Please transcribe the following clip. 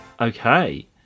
Okay